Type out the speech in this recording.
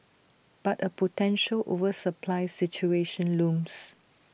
but A potential oversupply situation looms